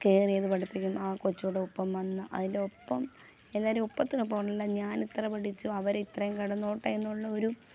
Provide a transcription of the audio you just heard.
കയറിയത് പഠിപ്പിക്കും ആ കൊച്ചൂടെ ഒപ്പം വന്ന അതിൻറ്റെ ഒപ്പം എല്ലാവരും ഒപ്പത്തിനൊപ്പമാണല്ലോ ഞാൻ എത്ര പഠിച്ചു അവരിത്രയും കിടന്നോട്ടെ എന്നുള്ള ഒരു